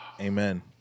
Amen